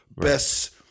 best